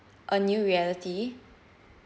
a new reality